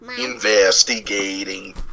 Investigating